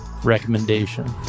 recommendation